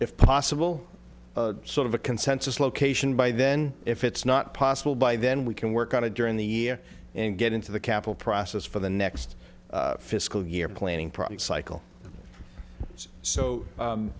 if possible sort of a consensus location by then if it's not possible by then we can work on it during the year and get into the capital process for the next fiscal year planning product